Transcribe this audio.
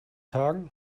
hagen